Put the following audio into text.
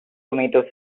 tomato